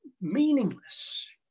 meaningless